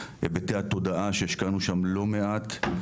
היבטי התודעה שהשקענו שם לא מעט,